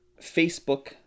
Facebook